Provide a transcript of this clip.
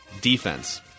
Defense